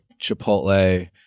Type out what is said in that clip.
Chipotle